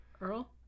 Earl